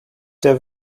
der